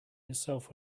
itself